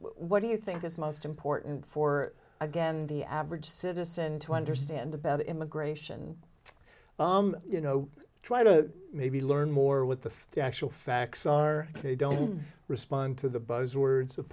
what do you think is most important for again the average citizen to understand about immigration you know try to maybe learn more with the actual facts are they don't respond to the buzz words of